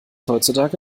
heutzutage